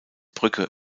brücke